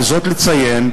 וזאת יש לציין,